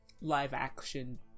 live-action